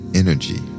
energy